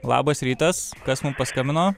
labas rytas kas mum paskambino